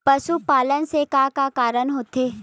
पशुपालन से का का कारण होथे?